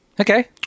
Okay